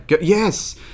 yes